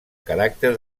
caràcter